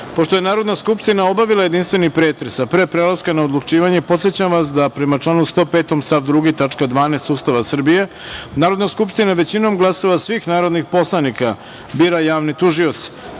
je Narodna skupština obavila jedinstveni pretres, a pre prelaska na odlučivanje, podsećam vas da, prema članu 105. stav 2. tačka 12. Ustava Srbije, Narodna skupština većinom glasova svih narodnih poslanika bira javne